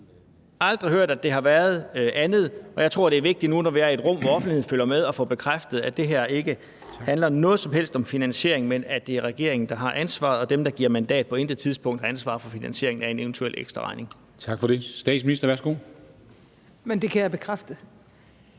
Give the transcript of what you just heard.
aldrig hørt, at det har været andet, og jeg tror, det er vigtigt nu – hvor vi er i et rum, hvor offentligheden følger med – at få bekræftet, at det her ikke handler om noget som helst med finansiering, men at det er regeringen, der har ansvaret, og at dem, der giver mandat, på intet tidspunkt har ansvar for finansieringen af en eventuel ekstraregning. Kl. 13:50 Formanden (Henrik Dam Kristensen):